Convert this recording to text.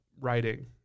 writing